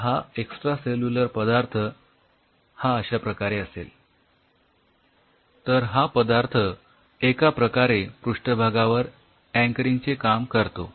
आता हा एक्सट्रासेल्युलर पदार्थ हा अश्याप्रकारे असेल तर हा पदार्थ एका प्रकारे पृष्ठभागावर अँकरिंग चे काम करतो